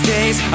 days